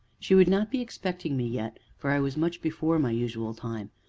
she would not be expecting me yet, for i was much before my usual time,